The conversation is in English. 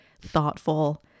thoughtful